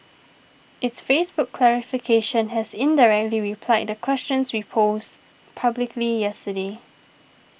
its Facebook clarification has indirectly replied the questions we posed publicly yesterday